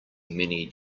many